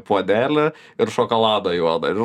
puodelį ir šokolado juodo ir